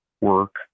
work